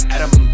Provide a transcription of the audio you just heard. Adam